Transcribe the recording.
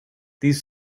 these